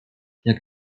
jak